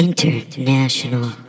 International